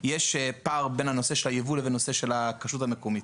יש פער בין הנושא של היבוא לבין הנושא של הכשרות המקומית.